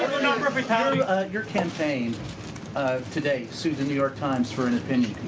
kind of your campaign today sued the new york times for an opinion.